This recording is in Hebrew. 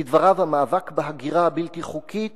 לדבריו, המאבק בהגירה הבלתי-חוקית